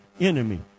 enemy